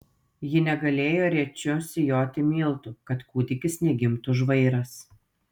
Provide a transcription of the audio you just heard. ji negalėjo rėčiu sijoti miltų kad kūdikis negimtų žvairas